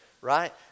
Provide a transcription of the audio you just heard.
right